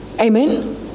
Amen